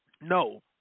No